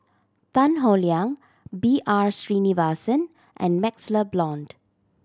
Tan Howe Liang B R Sreenivasan and MaxLe Blond